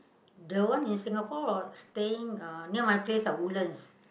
the one in Singapore or staying uh near my place ah Woodlands